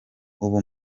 ubu